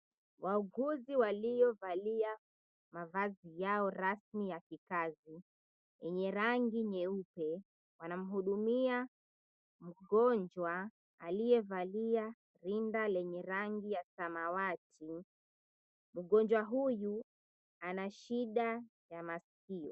Wauguzi waliovalia mavazi yao rasmi ya kikazi yenye rangi nyeupe wanamhudumia mgonjwa aliyevalia rinda yenye rangi ya samawati, mgonjwa huyu anashida ya masikio.